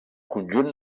conjunt